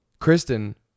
Kristen